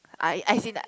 I I as in